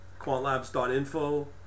quantlabs.info